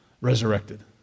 resurrected